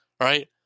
right